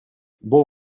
bon